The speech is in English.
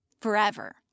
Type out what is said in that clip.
Forever